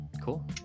Cool